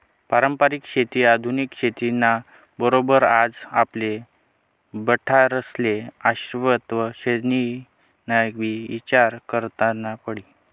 पारंपरिक शेती आधुनिक शेती ना बरोबर आज आपले बठ्ठास्ले शाश्वत शेतीनाबी ईचार करना पडी